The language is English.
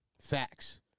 Facts